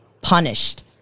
punished